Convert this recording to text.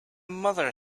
mother